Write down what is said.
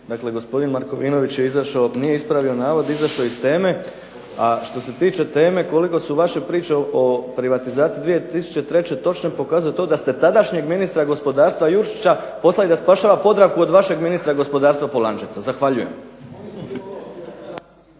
dakle gospodin Markovinović je izašao, nije ispravio navod, izašao je iz teme, a što se tiče teme koliko su vaše priče o privatizaciji 2003., točno je pokazao to da ste tadašnjeg ministra gospodarstva Jurčića poslali da spašava "Podravku" od vašeg ministra gospodarstva Polančeca. Zahvaljujem.